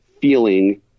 feeling